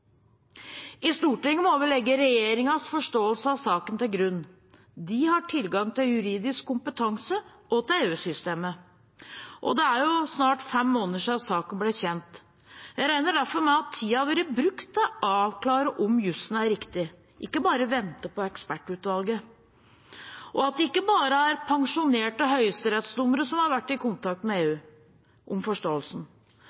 I Stortinget må vi legge regjeringens forståelse av saken til grunn. De har tilgang til juridisk kompetanse og til EU-systemet. Det er snart fem måneder siden saken ble kjent. Jeg regner derfor med at tiden har vært brukt til å avklare om jussen er riktig, ikke bare til å vente på ekspertutvalget, og at det ikke bare er pensjonerte høyesterettsdommere som har vært i kontakt med